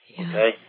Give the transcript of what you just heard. okay